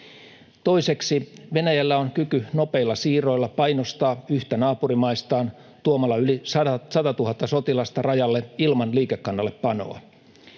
Toiseksi, Venäjällä on kyky nopeilla siirroilla painostaa yhtä naapurimaistaan tuomalla yli 100 000 sotilasta rajalle ilman liikekannallepanoa.